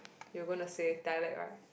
you gonna say dialect right